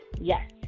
Yes